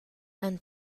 and